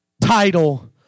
title